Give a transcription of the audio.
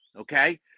okay